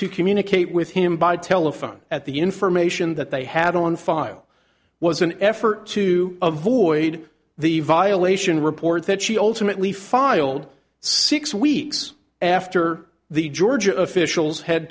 to communicate with him by telephone at the information that they had on file was an effort to avoid the violation report that she ultimately filed six weeks after the georgia officials had